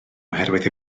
oherwydd